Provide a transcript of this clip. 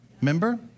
Remember